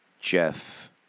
Jeff